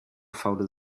faule